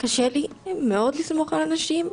קשה לי מאוד לסמוך על אנשים.